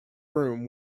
room